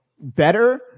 better